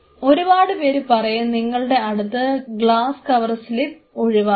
ഒരുപാട് പേര് പറയും നിങ്ങളുടെ അടുത്ത് ഗ്ലാസ്സ് കവർ സ്ലിപ്പ് ഒഴിവാക്കാൻ